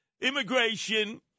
immigration